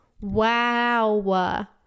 wow